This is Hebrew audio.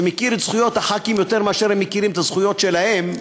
שמכיר את זכויות חברי הכנסת יותר משהם מכירים את הזכויות שלהם,